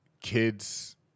kids